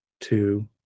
two